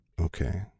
Okay